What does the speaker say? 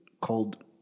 called